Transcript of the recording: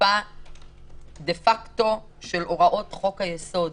עקיפה דה פקטו של הוראות חוק היסוד.